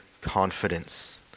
confidence